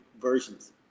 versions